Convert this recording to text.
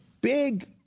big